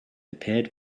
appeared